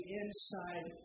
inside